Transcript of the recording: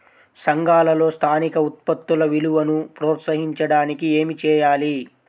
సంఘాలలో స్థానిక ఉత్పత్తుల విలువను ప్రోత్సహించడానికి ఏమి చేయాలి?